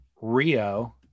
Rio